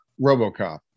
RoboCop